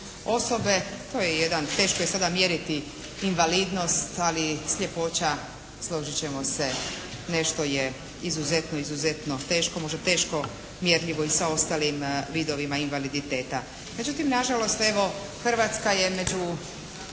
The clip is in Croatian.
osobe. To je jedan, teško je sada mjeriti invalidnost, ali sljepoća složit ćemo se nešto je izuzetno, izuzetno teško. Možda teško mjerljivo i sa ostalim vidovima invaliditeta. Međutim, na žalost evo Hrvatska je među